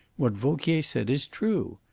what vauquier said is true.